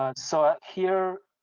ah so here